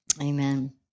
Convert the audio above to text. Amen